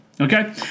Okay